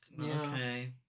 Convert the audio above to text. okay